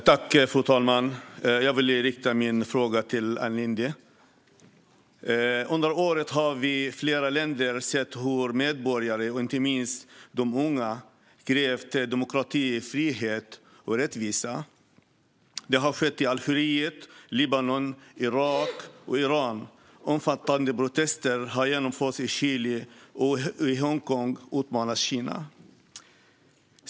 Fru talman! Jag riktar min fråga till Ann Linde. Under året har vi i flera länder sett hur medborgarna, inte minst de unga, krävt demokrati, frihet och rättvisa. Det har skett i Algeriet, Libanon, Irak och Iran. Omfattande protester har genomförts i Chile, och i Hongkong utmanas Kina.